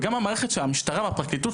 וגם המשטרה והפרקליטות,